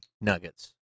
nuggets